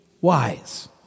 wise